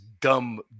dumb